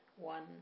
one